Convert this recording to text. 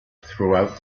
throughout